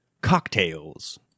Cocktails